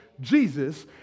Jesus